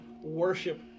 worship